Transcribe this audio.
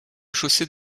chaussée